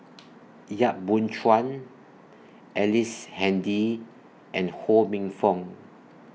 Yap Boon Chuan Ellice Handy and Ho Minfong